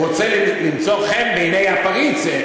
והוא רוצה למצוא חן בעיני הפריץ,